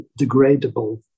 degradable